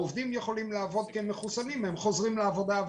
העובדים חוזרים לעבודה אבל